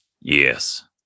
Yes